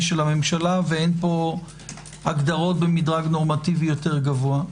של הממשלה ואין פה הגדרות במדרג נורמטיבי יותר גבוה.